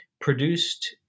produced